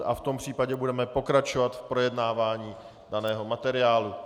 V tom případě budeme pokračovat v projednávání daného materiálu.